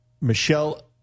Michelle